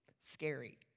scary